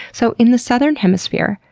so in the southern hemisphere,